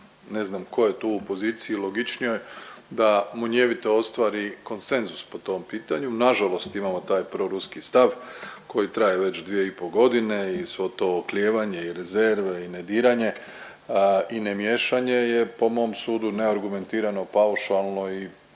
Ne znam ko je tu u poziciji logičnijoj da munjevito ostvari konsenzus po tom pitanju. Nažalost, imamo taj proruski stav koji traje već dvije i po godine i svo to oklijevanje i rezerve i ne diranje i nemiješanje je po mom sudu neargumentirano paušalno i